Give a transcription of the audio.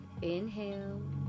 Inhale